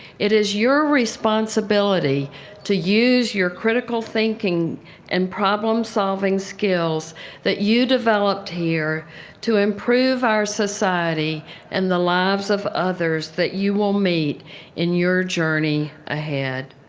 it is your responsibility to use your critical thinking and problem solving skills that you developed here to improve our society and the lives of others that you will meet in your journey ahead.